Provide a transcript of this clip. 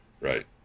Right